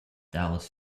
dallas